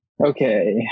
Okay